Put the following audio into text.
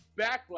Backlash